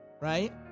right